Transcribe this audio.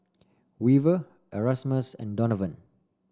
Weaver Erasmus and Donavon